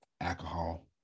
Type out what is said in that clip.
Alcohol